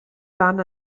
fan